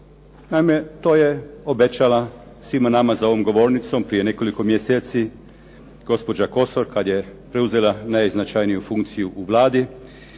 Naime, to je obećala svima nama za ovom govornicom prije nekoliko mjeseci gospođa Kosor kad je preuzela najznačajniju funkciju u Vladi